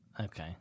Okay